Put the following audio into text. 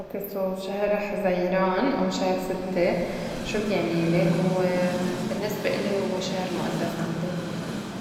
ok so شهر حزيران أو شهر ستّة شو بيعنيلي؟ هوّ بالنّسبة إلي هوّ شهر مُئدّس عندي.